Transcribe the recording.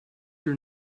your